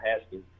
Haskins